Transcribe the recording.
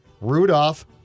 Rudolph